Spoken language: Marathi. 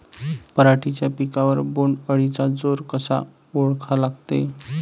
पराटीच्या पिकावर बोण्ड अळीचा जोर कसा ओळखा लागते?